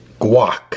Guac